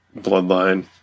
bloodline